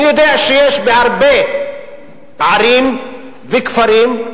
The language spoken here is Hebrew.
אני יודע שיש בהרבה ערים וכפרים,